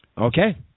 Okay